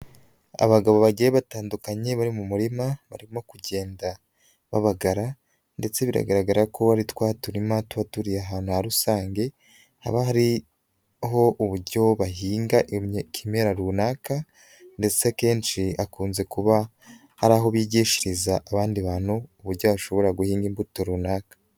Abagabo bagiye batandukanye bari mu murima barimo kugenda babagara ndetse biragaragara ko ari twa turima tuba turi ahantu rusange, haba hariho uburyo bahinga ikimera runaka ndetse akenshi hakunze kuba hari aho bigishiriza abandi bantu uburyo bashobora guhinga imbuto runaka.